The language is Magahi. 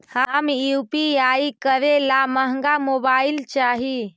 हम यु.पी.आई करे ला महंगा मोबाईल चाही?